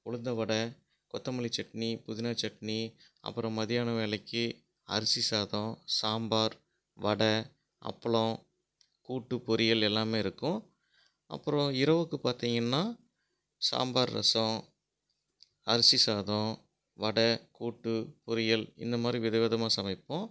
உளுந்த வடை கொத்தமல்லி சட்னி புதினா சட்னி அப்புறம் மதியானம் வேலைக்கு அரிசி சாதம் சாம்பார் வடை அப்பளம் கூட்டு பொரியல் எல்லாமே இருக்கும் அப்புறம் இரவுக்கு பார்த்தீங்கன்னா சாம்பார் ரசம் அரிசி சாதம் வடை கூட்டு பொரியல் இந்த மாதிரி வித விதமாக சமைப்போம்